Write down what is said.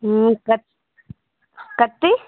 हूँ कत कितनी